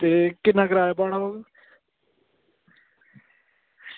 ते किन्ना किराया भाड़ा होग